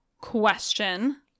Question